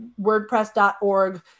wordpress.org